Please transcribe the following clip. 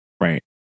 Right